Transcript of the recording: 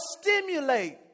stimulate